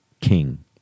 King